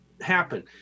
happen